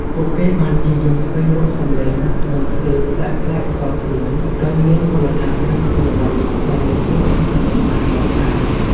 ពួកគេបានព្យាយាមស្វែងរកសំឡេង និងស្ទីលប្លែកៗផ្ទាល់ខ្លួន ដោយមានមូលដ្ឋានគ្រឹះពីអ្វីដែលលោក ស៊ីន ស៊ីសាមុត បានកសាង ។